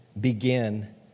begin